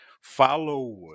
follow